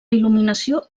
il·luminació